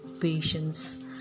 patience